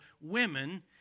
women